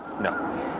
No